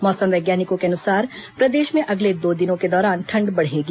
मौसम वैज्ञानिकों के अनुसार प्रदेश में अगले दो दिनों के दौरान ठंड बढ़ेगी